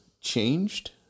changed